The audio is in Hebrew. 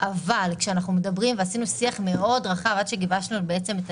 אהל כשאנחנו מדברים ועשינו שיח מאוד רחב עד שגיבשנו בעצם את